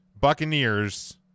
Buccaneers